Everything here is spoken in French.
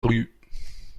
rues